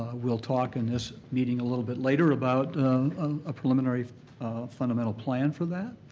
we'll talk in this meeting a little bit later about a preliminary fundamental plan for that.